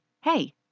Hey